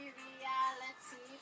reality